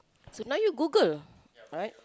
so now you Google alright